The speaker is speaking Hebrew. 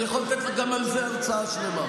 אני יכול לתת לך גם על זה הרצאה שלמה.